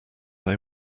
they